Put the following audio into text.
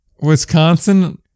Wisconsin